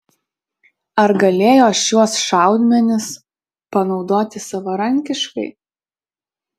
ar galėjo šiuos šaudmenis panaudoti savarankiškai